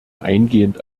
eingehend